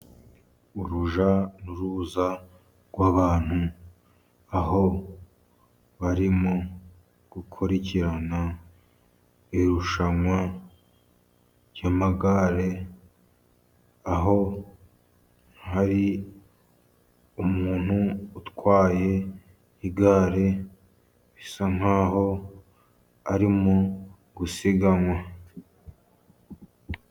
Urujya n'uruza rw'abantu aho barimo gukurikirana irushanwa ry'amagare, aho hari umuntu utwaye igare bisa nkaho ari mu gusiganwa.